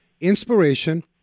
inspiration